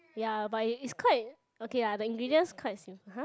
ya but is quite okay lah the ingredients quite simple !huh!